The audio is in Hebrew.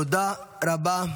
תודה רבה.